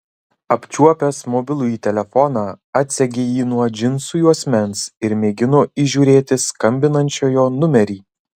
apčiuopęs mobilųjį telefoną atsegė jį nuo džinsų juosmens ir mėgino įžiūrėti skambinančiojo numerį